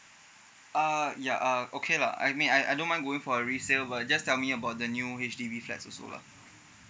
uh ya uh okay lah I mean I I don't mind going for a resale but just tell me about the new H_D_B flat also lah